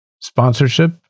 Sponsorship